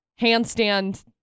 handstand